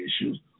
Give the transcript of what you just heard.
issues